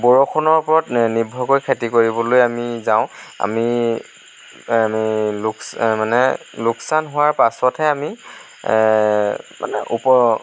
বৰষুণৰ ওপৰত নি নিৰ্ভৰ কৰি খেতি কৰিবলৈ আমি যাওঁ আমি আমি লোকচ মানে লোকচান হোৱাৰ পাছতহে আমি মানে ওপৰৰ